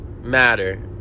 matter